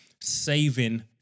saving